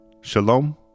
Shalom